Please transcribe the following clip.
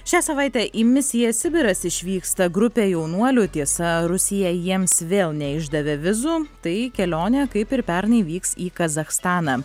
šią savaitę į misiją sibiras išvyksta grupė jaunuolių tiesa rusija jiems vėl neišdavė vizų tai kelionė kaip ir pernai vyks į kazachstaną